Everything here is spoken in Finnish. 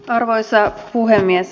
arvoisa puhemies